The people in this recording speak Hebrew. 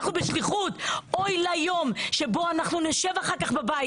אוי ליום שבו נשב בבית,